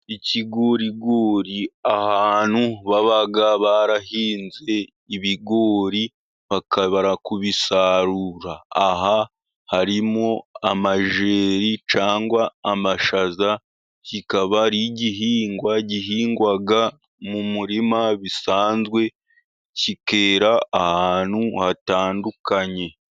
ikiguriguri ahantu baba barahinze ibigori bakamara kubisarura, aha harimo amajeri cyangwa amashaza kikaba ari igihingwa gihingwa mu murima bisanzwe, kikera ahantu hatandukanye.